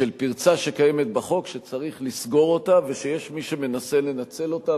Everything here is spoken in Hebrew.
פרצה שקיימת בחוק שצריך לסגור אותה ויש מי שמנסה לנצל אותה,